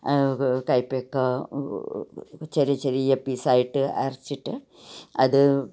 കയ്പ്പക്ക ചെറിയ ചെറിയ പീസായിട്ട് അരച്ചിട്ട് അത്